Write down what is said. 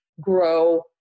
grow